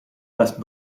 left